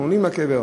אנחנו עולים לקבר,